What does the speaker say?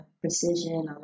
precision